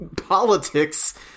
politics